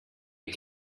jih